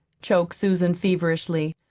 choked susan feverishly.